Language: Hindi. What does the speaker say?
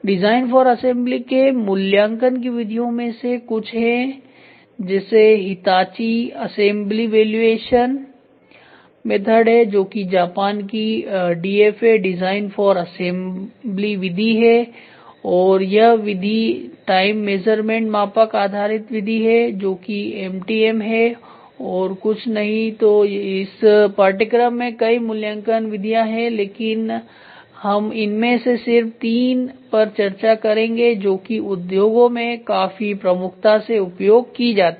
डिजाइन फॉर असेंबली के लिए मूल्यांकन की विधियों में से कुछ हे जैसेहिताची असेंबली वैल्यूएशन मेथड है जो कि जापान की डीएफए डिजाइन फॉर असेंबली विधि है और यह विधि टाइम मेजरमेंट मापक आधारित विधि है जो एमटीएम है और कुछ नहींतो इस पाठ्यक्रम में कई मूल्यांकन विधियां है लेकिन हम इनमें से सिर्फ तीन पर चर्चा करेंगे जो कि उद्योगों में काफी प्रमुखता से उपयोग की जाती है